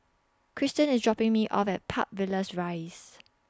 Christen IS dropping Me off At Park Villas Rise